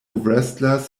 wrestlers